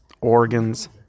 organs